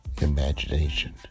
Imagination